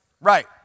right